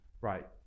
right